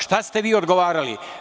Šta ste vi odgovarali?